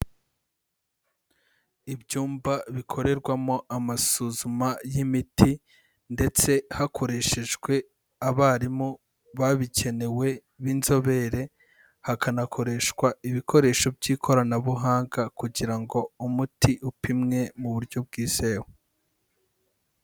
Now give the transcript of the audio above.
Ibyumba bikorerwamo amasuzuma y'imiti ndetse hakoreshejwe abarimu babikenewe b'inzobere, hakanakoreshwa ibikoresho by'ikoranabuhanga kugira ngo umuti upimwe mu buryo bwizewe.